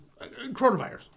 coronavirus